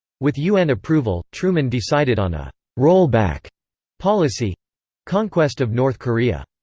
with un approval, truman decided on a rollback policy conquest of north korea.